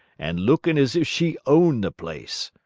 and lookin' as if she owned the place.